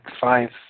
five